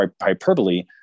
hyperbole